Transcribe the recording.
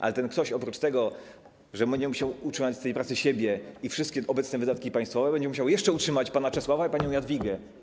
Ale ten ktoś oprócz tego, że będzie musiał utrzymać z pracy siebie i płacić na wszystkie obecne wydatki państwowe, będzie musiał jeszcze utrzymać pana Czesława i panią Jadwigę.